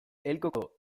elkoko